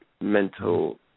mental